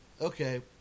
Okay